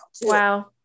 Wow